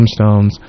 gemstones